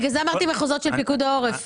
בגלל זה דיברתי על מחוזות של פיקוד העורף.